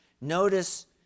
Notice